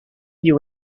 you